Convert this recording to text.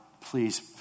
please